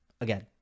Again